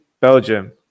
Belgium